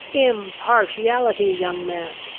impartiality, young man!